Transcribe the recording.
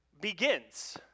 begins